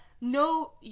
no